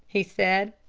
he said.